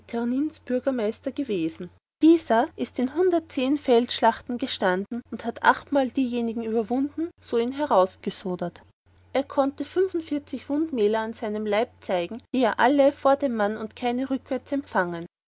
burgermeister gewesen dieser ist in hundert feldschlachten gestanden und hat achtmal diejenigen überwunden so ihn herausgesodert er konnte mähler an seinem leib zeigen die er alle vor dem mann und keine rückwarts empfangen